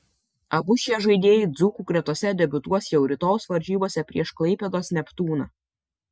abu šie žaidėjai dzūkų gretose debiutuos jau rytojaus varžybose prieš klaipėdos neptūną